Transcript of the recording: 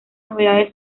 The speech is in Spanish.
novedades